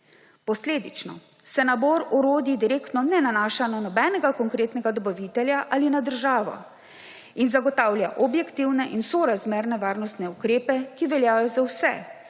Posledično se nabor orodij direktno ne nanaša na nobenega konkretnega dobavitelja ali na državo ter zagotavlja objektivne in sorazmerne varnostne ukrepe, ki veljajo za vse,